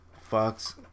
fox